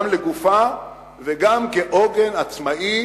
גם לגופה וגם כעוגן עצמאי